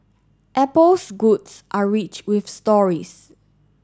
Apple's goods are rich with stories